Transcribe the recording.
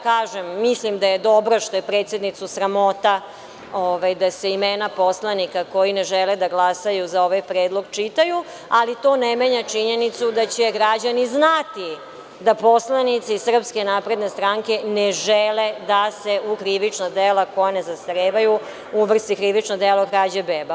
Kažem, mislim da je dobro što je predsednicu sramota da se imena poslanika koji ne žele da glasaju za ovaj predlog čitaju, ali to ne menja činjenicu da će građani znati da poslanici SNS ne žele da se u krivična dela koja ne zastarevaju uvrsti krivično delo krađa beba.